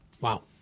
Wow